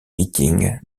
vikings